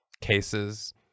cases